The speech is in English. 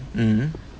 um